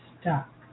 stuck